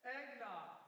Eggnog